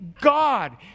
God